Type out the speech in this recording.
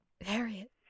Harriet